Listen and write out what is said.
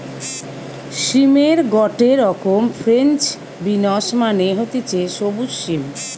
সিমের গটে রকম ফ্রেঞ্চ বিনস মানে হতিছে সবুজ সিম